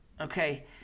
okay